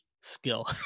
skill